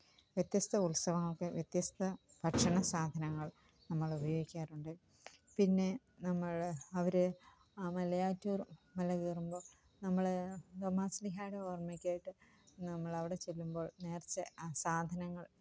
വ്യത്യസ്ത ഉത്സവങ്ങള്ക്ക് വ്യത്യസ്ത ഭക്ഷണ സാധനങ്ങള് നമ്മളുപയോഗിക്കാറുണ്ട് പിന്നെ നമ്മള് അവര് മലയാറ്റൂര് മല കയറുമ്പോള് നമ്മള് തോമാശ്ലീഹയുടെ ഓര്മ്മയ്ക്കായിട്ട് നമ്മളവിടെ ചെല്ലുമ്പോള് നേര്ച്ച സാധനങ്ങള്